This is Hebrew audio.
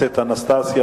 התנגדות לדיון בוועדה.